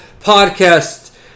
podcast